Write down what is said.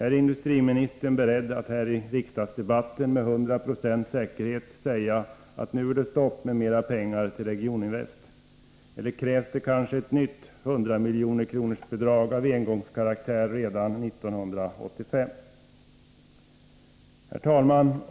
Är industriministern beredd att här i riksdagsdebatten med 100 26 säkerhet säga att det nu är stopp för mera pengar till Regioninvest? Eller kommer det kanske att krävas ett nytt 100-miljonersbidrag av engångskaraktär redan år 1985? Herr talman!